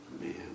Man